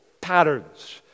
patterns